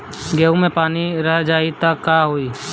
गेंहू मे पानी रह जाई त का होई?